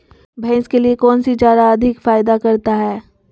भैंस के लिए कौन सी चारा अधिक फायदा करता है?